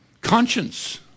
Conscience